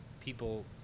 people